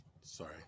sorry